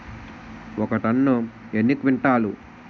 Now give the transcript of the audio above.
ఒక టన్ను ఎన్ని క్వింటాల్లు?